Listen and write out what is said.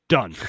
Done